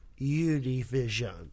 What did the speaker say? Univision